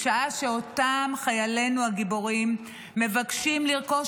בשעה שחיילנו הגיבורים מבקשים לרכוש